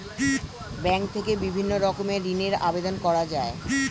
bank থেকে বিভিন্ন রকমের ঋণের আবেদন করা যায়